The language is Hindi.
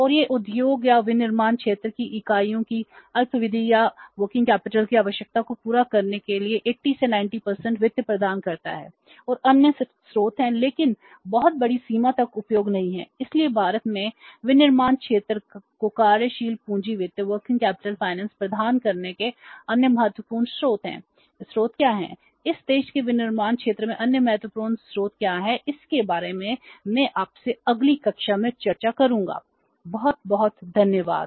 और यह उद्योग या विनिर्माण क्षेत्र की इकाइयों की अल्पावधि या कार्यशील पूंजी प्रदान करने के अन्य महत्वपूर्ण स्रोत क्या हैं इस देश के विनिर्माण क्षेत्र में अन्य महत्वपूर्ण स्रोत क्या हैं इसके बारे में मैं आपसे अगली कक्षा में चर्चा करूंगा बहुत बहुत धन्यवाद